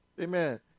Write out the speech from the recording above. Amen